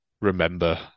remember